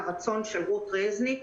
הרצון של רות רזניק,